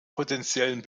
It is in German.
potentiellen